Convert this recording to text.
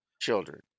children